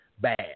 bad